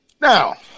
Now